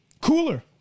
cooler